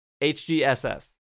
H-G-S-S